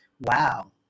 Wow